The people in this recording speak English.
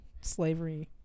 slavery